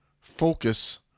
focus